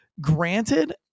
granted